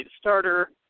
starter